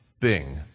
Bing